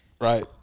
Right